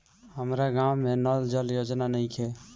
हमारा गाँव मे नल जल योजना नइखे?